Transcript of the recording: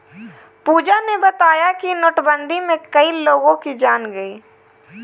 पूजा ने बताया कि नोटबंदी में कई लोगों की जान गई